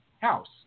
house